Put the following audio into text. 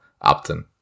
Upton